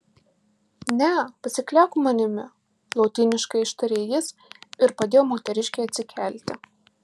ne pasikliauk manimi lotyniškai ištarė jis ir padėjo moteriškei atsikelti